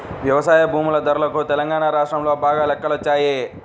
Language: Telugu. వ్యవసాయ భూముల ధరలకు తెలంగాణా రాష్ట్రంలో బాగా రెక్కలొచ్చాయి